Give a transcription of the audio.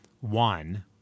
one